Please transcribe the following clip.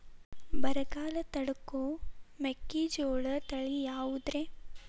ಬರಗಾಲ ತಡಕೋ ಮೆಕ್ಕಿಜೋಳ ತಳಿಯಾವುದ್ರೇ?